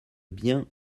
bien